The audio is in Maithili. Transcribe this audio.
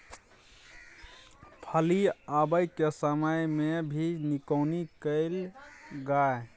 फली आबय के समय मे भी निकौनी कैल गाय?